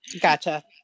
Gotcha